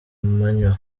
manywa